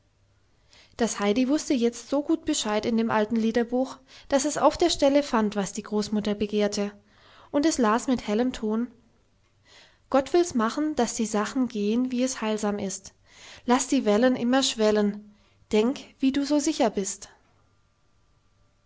das heidi wußte jetzt so gut bescheid in dem alten liederbuch daß es auf der stelle fand was die großmutter begehrte und es las mit hellem ton gott will's machen daß die sachen gehen wie es heilsam ist laß die wellen immer schwellen denk wie du so sicher bist